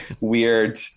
weird